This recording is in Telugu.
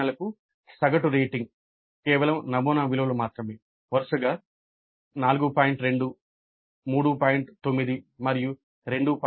ప్రశ్న 1 కి సంబంధించి 6 x 1 54 x 4 5 x 5 మొత్తం 65 తోటి భాగించబడినది 3